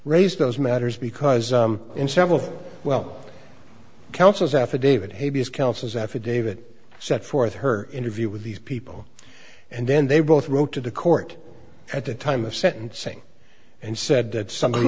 raised those matters because in several well counsels affidavit habeas counsels affidavit set forth her interview with these people and then they both wrote to the court at the time of sentencing and said that somebody